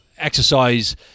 exercise